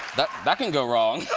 that that can go wrong.